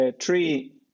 three